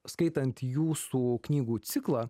skaitant jūsų knygų ciklą